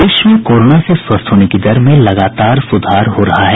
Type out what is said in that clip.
प्रदेश में कोरोना से स्वस्थ होने की दर में लगातार सुधार हो रहा है